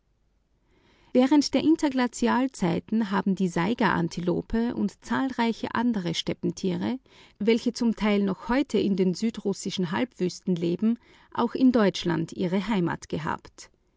während der interglazialzeiten haben die saiga antilope und zahlreiche andere steppentiere welche zum teil noch heute in den südrussischen halbwüsten leben auch in deutschland ihre heimat gehabt